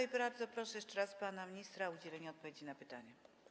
I bardzo proszę jeszcze raz pana ministra o udzielenie odpowiedzi na pytania.